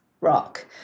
rock